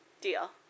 Deal